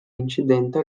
incidente